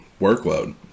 workload